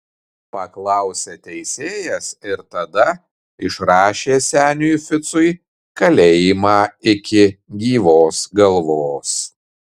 paklausė teisėjas ir tada išrašė seniui ficui kalėjimą iki gyvos galvos